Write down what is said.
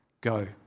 go